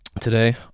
today